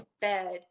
bed